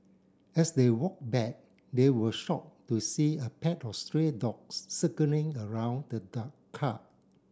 as they walked back they were shocked to see a pack of stray dogs circling around the the car